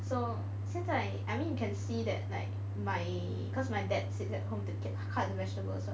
so 现在 I mean you can see that like my cause my dad sits at home to cut the vegetables [what]